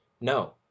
no